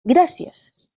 gràcies